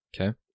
Okay